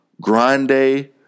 grande